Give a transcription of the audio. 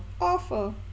Awful